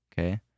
Okay